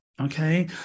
Okay